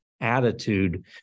attitude